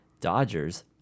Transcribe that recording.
Dodgers